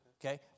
okay